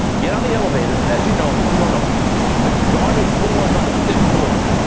get on the elevator. as you know, people know the garden of floors on the fifth floor.